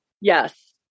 Yes